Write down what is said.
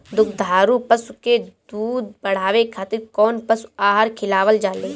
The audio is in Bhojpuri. दुग्धारू पशु के दुध बढ़ावे खातिर कौन पशु आहार खिलावल जाले?